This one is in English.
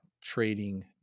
trading